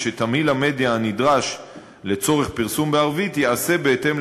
ושתמהיל המדיה הנדרש לצורך פרסום בערבית ייעשה בהתאם